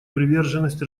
приверженность